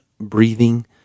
breathing